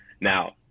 now